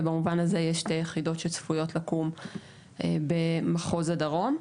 ובמובן הזה יש שתי יחידות שצפויות לקום במחוז הדרום.